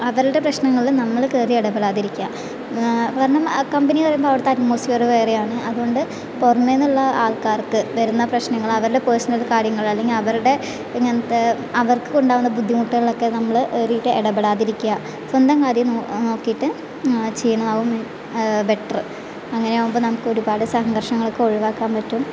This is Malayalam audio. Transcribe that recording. അവരുടെ പ്രശ്നങ്ങളിൽ നമ്മൾ കേറി ഇടപെടാതിരിക്കുക കാരണം ആ കമ്പനി പറയുമ്പോൾ അവിടുത്തെ അറ്റ്മോസ്ഫിയർ വേറെ ആണ് അതുകൊണ്ട് പൊറമെന്നുള്ള ആൾക്കാർക്ക് വരുന്ന പ്രശ്നങ്ങൾ അവരുടെ പേർസണൽ കാര്യങ്ങൾ അല്ലെങ്കിൽ അവരുടെ ഇങ്ങനത്തെ അവർക്കുണ്ടാകുന്ന ബുദ്ധിമുട്ടുകളൊക്കെ നമ്മൾ കേറീട്ട് എടപെടാതിരിക്കുക സ്വന്തം കാര്യം നോ നോക്കീട്ട് ചെയ്യുന്നതാവും ബെറ്റർ അങ്ങനെയാവുമ്പോൾ നമുക്കൊരുപാട് സംഘർഷങ്ങളൊക്കെ ഒഴിവാക്കാൻ പറ്റും